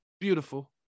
beautiful